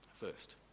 first